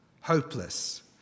hopeless